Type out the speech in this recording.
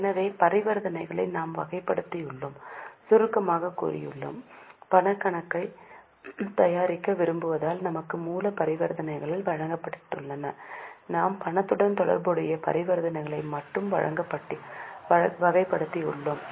எனவே பரிவர்த்தனைகளை நாம் வகைப்படுத்தியுள்ளோம் சுருக்கமாகக் கூறியுள்ளோம் பணக் கணக்கைத் தயாரிக்க விரும்புவதால் நமக்கு மூல பரிவர்த்தனைகள் வழங்கப்பட்டன நாம் பணத்துடன் தொடர்புடைய பரிவர்த்தனைகளை மட்டுமே வகைப்படுத்தியுள்ளோம்